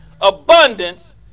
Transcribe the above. abundance